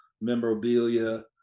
memorabilia